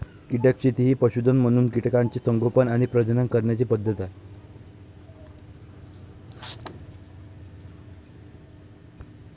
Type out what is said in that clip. कीटक शेती ही पशुधन म्हणून कीटकांचे संगोपन आणि प्रजनन करण्याची पद्धत आहे